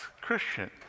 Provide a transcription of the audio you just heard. christian